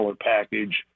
package